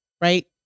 right